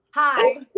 Hi